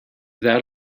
that